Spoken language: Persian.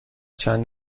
چند